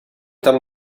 tam